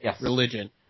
religion